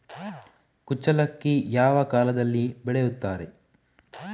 ಕುಚ್ಚಲಕ್ಕಿ ಯಾವ ಕಾಲದಲ್ಲಿ ಬೆಳೆಸುತ್ತಾರೆ?